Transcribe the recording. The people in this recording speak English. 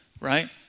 right